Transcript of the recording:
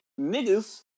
niggas